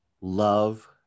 Love